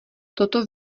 toto